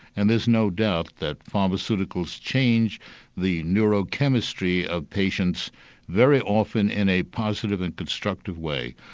and there's no doubt that pharmaceuticals change the neurochemistry of patients very often in a positive and constructive way.